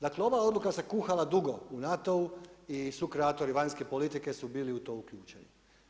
Dakle, ova odluka se kuhala dugo u NATO-u i sukreatori vanjske politike su bili u to uključeni.